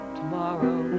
tomorrow